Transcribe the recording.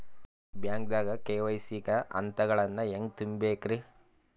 ಬ್ಯಾಂಕ್ದಾಗ ಕೆ.ವೈ.ಸಿ ಗ ಹಂತಗಳನ್ನ ಹೆಂಗ್ ತುಂಬೇಕ್ರಿ?